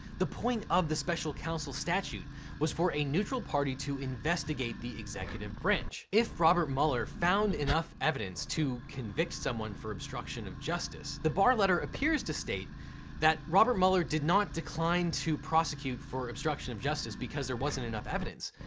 the point of the special counsel statute was for a neutral party to investigate the executive branch. if robert mueller found enough evidence to convict someone for obstruction of justice, the barr letter appears to state that robert mueller did not decline to prosecute for obstruction of justice because there wasn't enough evidence,